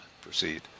proceed